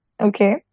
okay